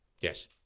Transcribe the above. Yes